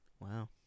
Wow